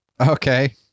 Okay